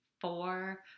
four